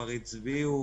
כבר הצביעו